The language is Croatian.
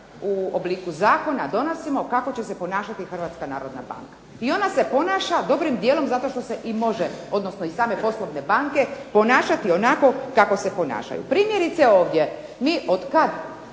u obliku zakona donosimo kako će se ponašati Hrvatska narodna banka. I ona se ponaša dobrim djelom zato što se i može, odnosno i same poslovne banke ponašati onako kako se ponašaju. Primjerice ovdje, mi od kad